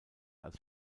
als